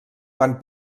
van